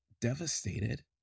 devastated